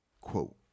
quote